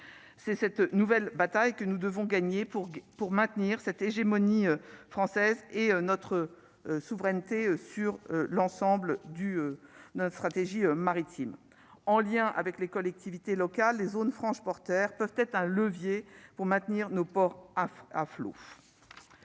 c'est cette nouvelle bataille que nous devons gagner pour pour maintenir cette hégémonie française et notre souveraineté sur l'ensemble du notre stratégie maritime en lien avec les collectivités locales, les zones franches porteurs peuvent être un levier pour maintenir nos ports à flot